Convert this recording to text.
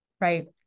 Right